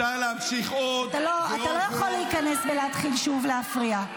אתה לא יכול להיכנס ולהתחיל שוב להפריע.